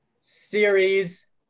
Series